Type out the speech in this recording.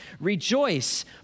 Rejoice